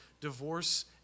divorce